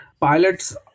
pilots